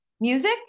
Music